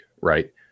right